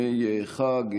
שבימי חג,